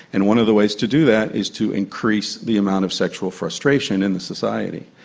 and one of the ways to do that is to increase the amount of sexual frustration in the society.